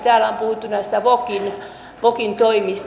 täällä on puhuttu näistä vokin toimista